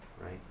right